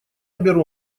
беру